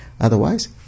Otherwise